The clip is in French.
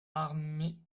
armee